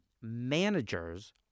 Managers